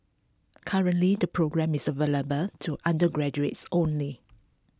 currently the programme is available to undergraduates only